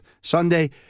Sunday